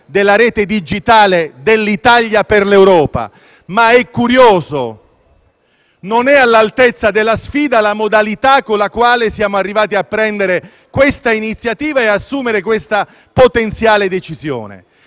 della rete digitale dell'Italia per l'Europa. Ma è curiosa e non è all'altezza della sfida la modalità con la quale siamo arrivati a prendere questa iniziativa e ad assumere questa potenziale decisione.